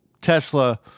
Tesla